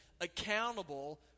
Accountable